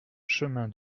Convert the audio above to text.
chemin